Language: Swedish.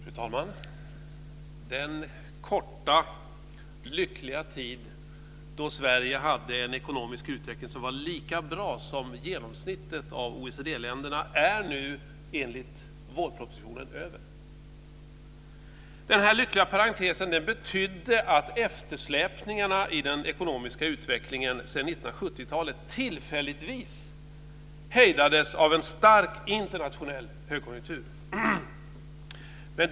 Fru talman! Den korta lyckliga tid då Sverige hade en ekonomisk utveckling som var lika bra som genomsnittet av OECD-länderna är nu enligt vårpropositionen över. Denna lyckliga parentes betydde att eftersläpningarna i den ekonomiska utvecklingen sedan 1970-talet tillfälligtvis hejdades av en stark internationell högkonjunktur.